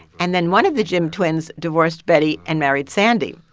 and then one of the jim twins divorced betty and married sandy.